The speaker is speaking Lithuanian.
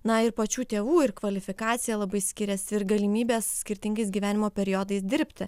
na ir pačių tėvų ir kvalifikacija labai skiriasi ir galimybės skirtingais gyvenimo periodais dirbti